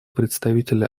представителя